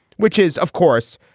which is, of course,